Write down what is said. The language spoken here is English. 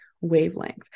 wavelength